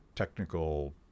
technical